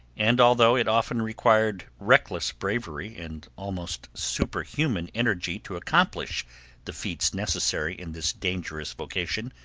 and although it often required reckless bravery and almost superhuman energy to accomplish the feats necessary in this dangerous vocation,